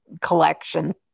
collection